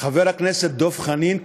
חבר הכנסת דב חנין,